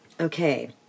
Okay